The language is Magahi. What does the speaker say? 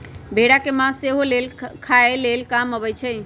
भेड़ा के मास सेहो लेल खाय लेल काम अबइ छै